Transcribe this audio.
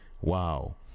Wow